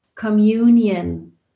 communion